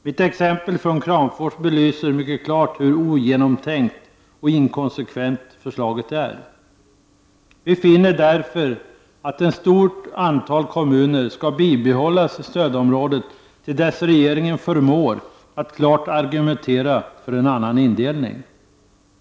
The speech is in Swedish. Mitt exempel från Kramfors belyser mycket klart hur ogenomtänkt och inkonsekvent förslaget är. Vi finner därför att ett stort antal kommuner bör bibehållas i stödområdet, till dess regeringen förmår att klart argumentera för en annan indelning.